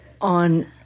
on